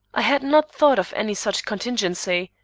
i had not thought of any such contingency,